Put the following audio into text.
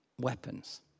weapons